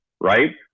right